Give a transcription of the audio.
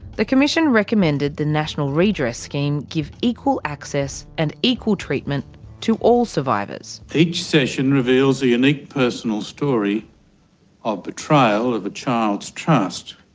the commission recommended the national redress scheme give equal access and equal treatment to all survivors. each session reveals a unique personal story of betrayal of a child's trust,